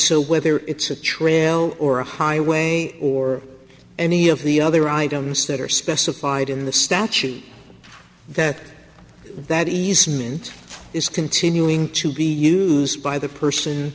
so whether it's a trail or a highway or any of the other items that are specified in the statute that that easement is continuing to be used by the person